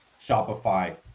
Shopify